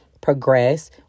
progress